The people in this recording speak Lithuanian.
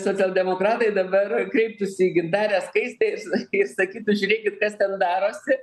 socialdemokratai dabar kreiptųsi į gintarę skaistę ir sa sakytų žiūrėkit kas ten darosi